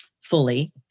fully